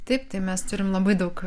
taip mes turim labai daug